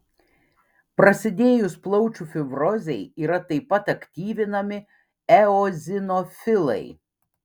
prasidėjus plaučių fibrozei yra taip pat aktyvinami eozinofilai